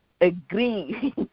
agree